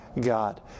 God